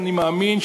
אני מאמין,